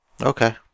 Okay